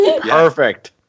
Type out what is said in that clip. Perfect